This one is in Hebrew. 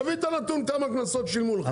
תביא את הנתון כמה קנסות שילמו לך.